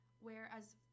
whereas